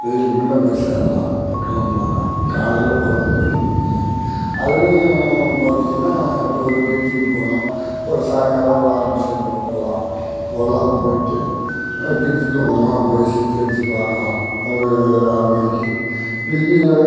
வெயிலுக்கு முன்னே போய் சேரலாம்னு இப்போது கிளம்புலாங்க காலையில போகிறது பிடிக்குங்க அதிலயும் பார்த்தீங்கன்னா இப்போ ஒரு பீச்சுக்கு போகணும் ஒரு சாயங்காலம் ஒரு ஆறு மணியை போல் போகலாம் போகலாம் போய்ட்டு பிரிட்ஜு பக்கம்லாம் போய் சுத்தியடிச்சு பார்க்கலாம் ஒரு ஆறு மணிக்கு வெயில்ல